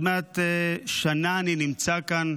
עוד מעט שנה אני נמצא כאן,